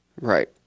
Right